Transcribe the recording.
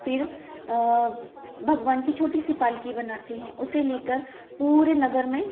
फिर भगवान की छोटी सी पालकी बनाते हैं उसे लेकर पूरे नगर में